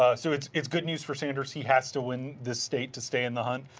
ah so it's it's good news for sanders, he has to win the state to stay in the hunt.